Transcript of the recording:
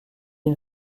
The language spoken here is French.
une